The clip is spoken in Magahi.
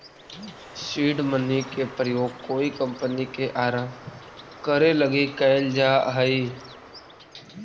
सीड मनी के प्रयोग कोई कंपनी के आरंभ करे लगी कैल जा हई